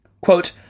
Quote